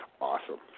awesome